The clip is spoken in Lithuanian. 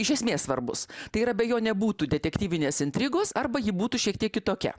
iš esmės svarbus tai yra be jo nebūtų detektyvinės intrigos arba ji būtų šiek tiek kitokia